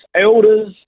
elders